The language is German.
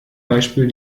beispiel